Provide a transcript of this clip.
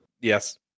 Yes